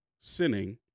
sinning